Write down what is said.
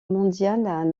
mondial